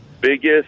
biggest